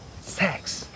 Sex